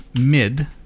mid